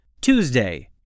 Tuesday